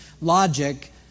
Logic